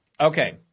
Okay